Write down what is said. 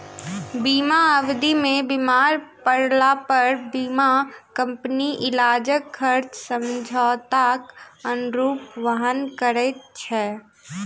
बीमा अवधि मे बीमार पड़लापर बीमा कम्पनी इलाजक खर्च समझौताक अनुरूप वहन करैत छै